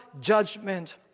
judgment